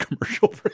commercial